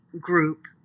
group